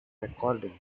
recordings